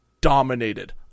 dominated